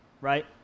right